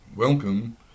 Welcome